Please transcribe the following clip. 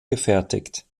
gefertigt